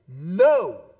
No